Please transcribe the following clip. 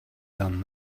done